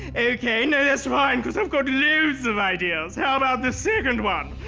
okay, no that's fine because i've got loads of ideas. how about the second one?